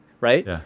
right